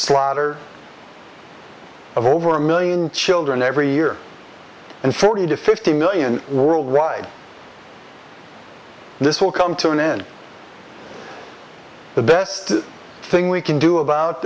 slaughter of over a million children every year and forty to fifty million worldwide this will come to an end the best thing we can do about